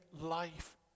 life